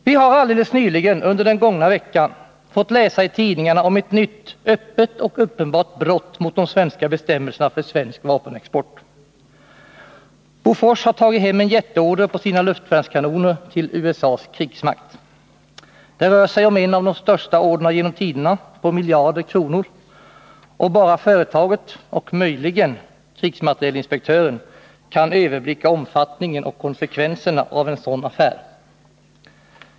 Vi har alldeles nyligen, under den gångna veckan, fått läsa i tidningarna om ett nytt, öppet och uppenbart brott mot de svenska bestämmelserna för svensk vapenexport. Bofors har tagit hem en jätteorder på sina luftvärnskanoner till USA:s krigsmakt. Det rör sig om en av de största orderna genom tiderna, på miljarder kronor, och bara företaget och möjligen krigsmaterielinspektören kan överblicka omfattningen och konsekvenserna av en sådan affär.